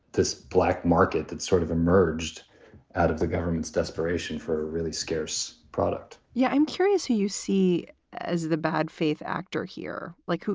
this black market that sort of emerged out of the government's desperation for a really scarce product yeah. i'm curious who you see as the bad faith actor here. like,